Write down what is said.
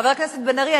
חבר הכנסת בן-ארי,